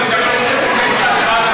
סליחה,